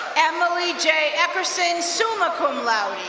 emily j. epperson, summa cum laude.